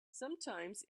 sometimes